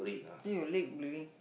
eh your leg bleeding